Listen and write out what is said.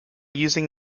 using